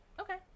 okay